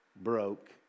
broke